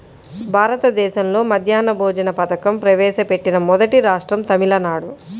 భారతదేశంలో మధ్యాహ్న భోజన పథకం ప్రవేశపెట్టిన మొదటి రాష్ట్రం తమిళనాడు